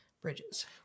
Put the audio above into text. Bridges